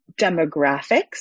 demographics